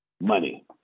Money